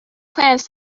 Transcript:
plants